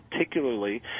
Particularly